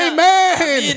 Amen